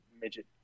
midget